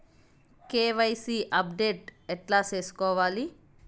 KYC update ఎట్లా సేసుకోవాలి?